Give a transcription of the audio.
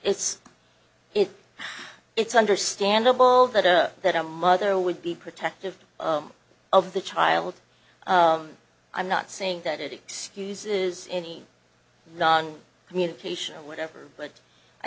it's it's it's understandable that a that a mother would be protective of the child i'm not saying that it excuses any wrong communication or whatever but i